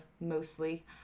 mostly